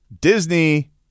Disney